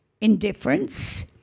indifference